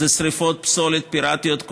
אלו שרפות פסולת פיראטיות,